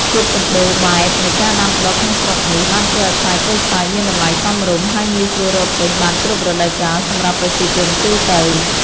ភាពសម្បូរបែបនៃការដាំដុះក្នុងស្រុកនេះ បានធ្វើឱ្យផ្លែក្រូចសើចមានតម្លៃសមរម្យ ហើយងាយស្រួលរកទិញបានគ្រប់រដូវកាលសម្រាប់ប្រជាជនទូទៅ។